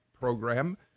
program